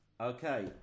Okay